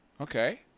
Okay